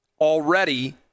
already